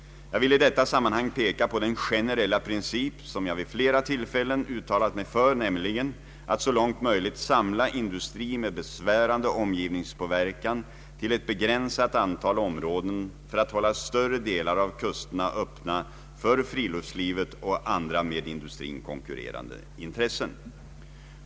Jag vill i detta sammanhang peka på den generella princip som jag vid flera tillfällen uttalat mig för, nämligen att så långt möjligt samla industri med besvärande omgivningspåverkan till ett begränsat antal områden för att hålla större delar av kusterna öppna för friluftslivet och andra med industrin konkurrerande intressen.